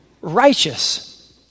righteous